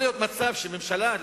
יכול להיות מצב שממשלה,